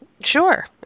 Sure